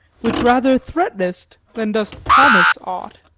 which rather threaten'st than dost promise aught,